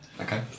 Okay